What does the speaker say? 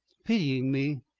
pitying me.